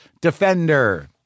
Defender